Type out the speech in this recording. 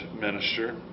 minister